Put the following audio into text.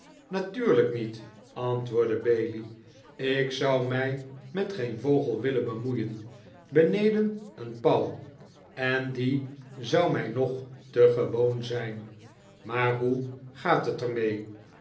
natuurlijk niet antwoordde bailey ik zou mij met geen vogel willen bemoeien beneden een pauw en die zou mij nog te gewoon zijn maar hoe gaat het er